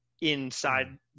inside